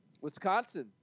Wisconsin